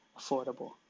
affordable